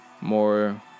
More